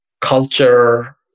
culture